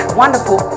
wonderful